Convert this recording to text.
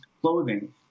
clothing